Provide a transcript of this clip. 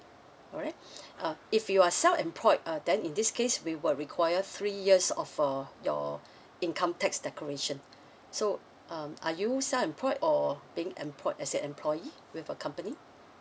alright uh if you are self-employed uh then in this case we would require three years of a your income tax declaration so um are you self-employed or being employed as an employee with a company